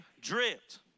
Dripped